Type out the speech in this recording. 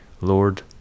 Lord